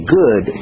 good